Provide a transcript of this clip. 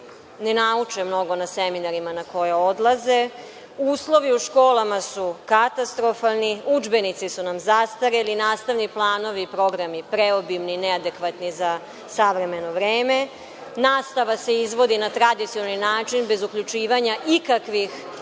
ne nauče mnogo na seminarima na koje odlaze. Uslovi u školama su katastrofalni, udžbenici su nam zastareli, nastavni planovi i programi preobimni i neadekvatni za savremeno vreme. Nastava se izvodi na tradicionalni način, bez uključivanja ikakvih